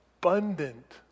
abundant